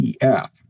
EF